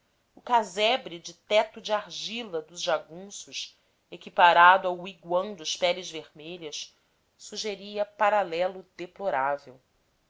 o casebre de teto de argila dos jagunços equiparado ao wigwam dos peles vermelhas sugeria paralelo deplorável